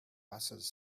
busses